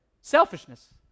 Selfishness